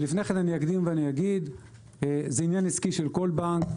לפני כן אני אקדים ואגיד שזה עניין עסקי של כל בנק,